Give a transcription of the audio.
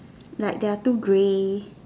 like there are two grey